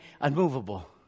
unmovable